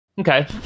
okay